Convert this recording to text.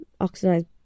oxidized